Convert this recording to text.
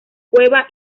cueva